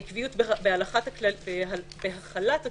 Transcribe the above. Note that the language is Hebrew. העקביות בהחלת הכללים,